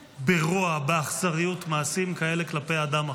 ברוע, באכזריות מעשים כאלה כלפי אדם אחר.